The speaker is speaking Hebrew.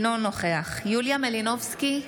אינו נוכח יוליה מלינובסקי,